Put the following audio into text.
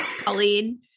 Colleen